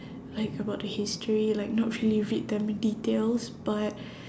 like about the history like not really read them in details but